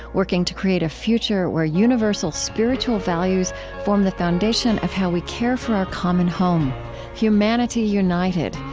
working to create a future where universal spiritual values form the foundation of how we care for our common home humanity united,